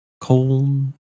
cold